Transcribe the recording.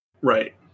Right